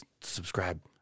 subscribe